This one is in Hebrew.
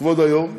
כבוד היו"ר,